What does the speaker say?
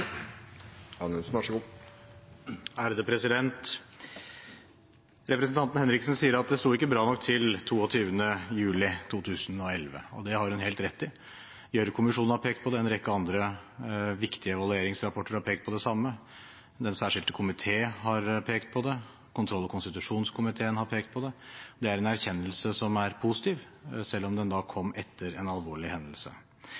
jeg ber så innstendig jeg kan: Finn i hvert fall 6 mill. kr i revidert budsjett for 2016. Representanten Henriksen sier at det sto ikke bra nok til den 22. juli 2011, og det har hun helt rett i. Gjørv-kommisjonen har pekt på det, en rekke andre viktige evalueringsrapporter har pekt på det samme. Den særskilte komité har pekt på det, kontroll- og konstitusjonskomiteen har pekt på det. Det er en erkjennelse som er positiv, selv om